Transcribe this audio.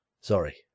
Sorry